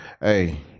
Hey